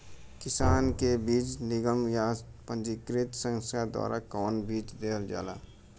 किसानन के बीज निगम या पंजीकृत संस्था द्वारा कवन बीज देहल जाला?